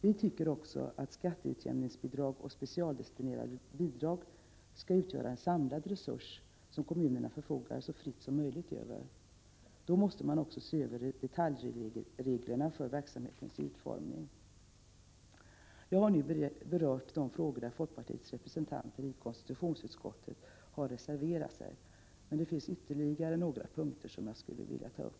Vi tycker också att skatteutjämningsbidrag och specialdestinerade bidrag skall utgöra en samlad resurs som kommunerna så fritt som möjligt förfogar över. Då måste man också se över detaljreglerna för verksamhetens utformning. Jag har nu berört de frågor där folkpartiets representanter i konstitutionsutskottet har reserverat sig. Men det finns ytterligare några punkter som jag skulle vilja ta upp.